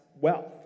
wealth